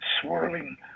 swirling